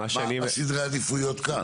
מהם סדרי העדיפויות כאן?